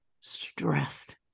stressed